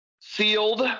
sealed